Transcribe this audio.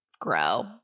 grow